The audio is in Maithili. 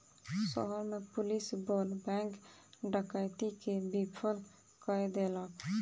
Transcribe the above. शहर में पुलिस बल बैंक डकैती के विफल कय देलक